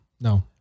No